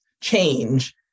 change